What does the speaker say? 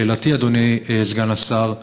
שאלתי, אדוני סגן השר: